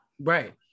right